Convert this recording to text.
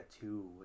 two